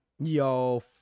Yo